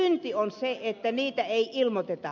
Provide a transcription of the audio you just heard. synti on se että niitä ei ilmoiteta